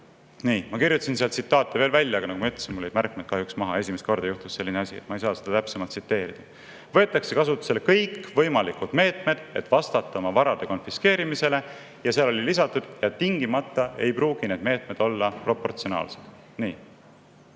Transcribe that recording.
Ma kirjutasin sealt veel tsitaate välja, aga nagu ma ütlesin, mul jäid kahjuks märkmed maha – esimest korda juhtus selline asi –, nii et ma ei saa seda täpsemalt tsiteerida. Võetakse kasutusele kõik võimalikud meetmed, et vastata oma varade konfiskeerimisele. Ja seal oli lisatud, et tingimata ei pruugi need meetmed olla proportsionaalsed. See